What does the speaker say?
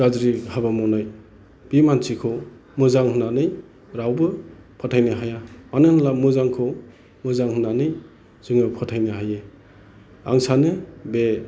गाज्रि हाबा मावनाय बे मानसिखौ मोजां होननानै रावबो फोथायनो हाया मानो होनोब्ला मोजांखौ मोजां होननानै जोङो फोथायनो हायो आं सानो बे